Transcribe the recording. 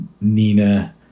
Nina